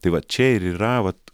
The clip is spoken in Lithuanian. tai va čia ir yra vat